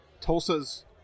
Tulsa's